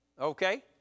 Okay